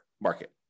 market